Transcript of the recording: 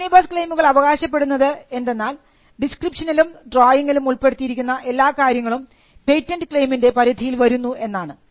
omnibus ക്ളെയിമുകൾ അവകാശപ്പെടുന്നത് എന്തെന്നാൽ ഡിസ്ക്രിപ്ഷനിലും ഡ്രോയിംഗിലും ഉൾപ്പെടുത്തിയിരിക്കുന്ന എല്ലാ കാര്യങ്ങളും പേറ്റന്റ് ക്ളെയിമിൻറെ പരിധിയിൽ വരുന്നു എന്നാണ്